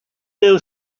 know